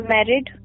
Married